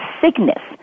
sickness